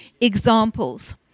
examples